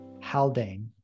Haldane